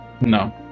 No